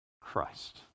Christ